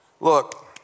Look